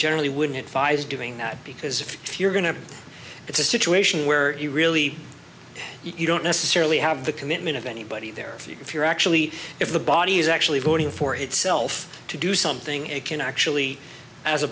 generally wouldn't fives doing that because if you're going to it's a situation where you really you don't necessarily have the commitment of anybody there if you're actually if the body is actually voting for itself to do something it can actually as a